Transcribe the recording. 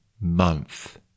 Month